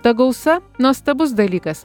ta gausa nuostabus dalykas